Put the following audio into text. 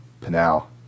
Pinal